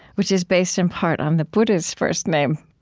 which is based in part on the buddha's first name